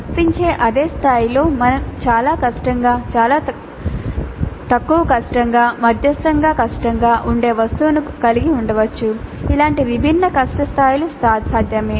వర్తించే అదే స్థాయిలో మనం చాలా కష్టంగా తక్కువ కష్టంగా మధ్యస్తంగా కష్టంగా ఉండే వస్తువును కలిగి ఉండవచ్చు ఇలాంటి విభిన్న కష్టం స్థాయిలు సాధ్యమే